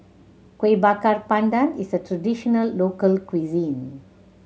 Kuih Bakar Pandan is a traditional local cuisine